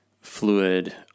fluid